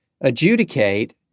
adjudicate